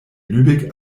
lübeck